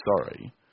sorry